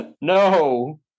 No